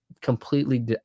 completely